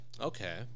Okay